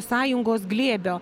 sąjungos glėbio